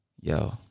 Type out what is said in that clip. yo